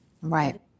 Right